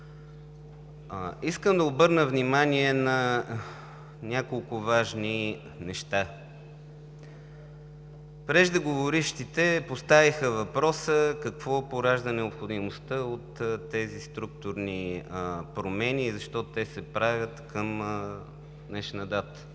Искам да обърна внимание на няколко важни неща. Преждеговорившите поставиха въпроса: какво поражда необходимостта от тези структурни промени и защо те се правят към днешна дата?